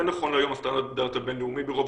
זה נכון להיום הסטנדרט הבין-לאומי ברוב